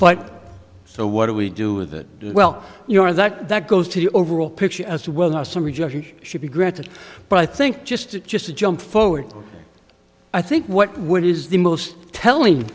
but so what do we do with it well your that that goes to the overall picture as well are some rejections should be granted but i think just to just to jump forward i think what would is the most telling